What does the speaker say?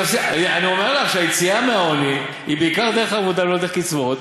אני אומר לך שהיציאה מהעוני היא בעיקר דרך עבודה ולא דרך קצבאות.